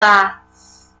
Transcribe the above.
bass